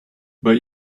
but